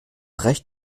reicht